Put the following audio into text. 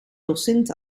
docent